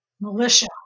militia